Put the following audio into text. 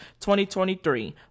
2023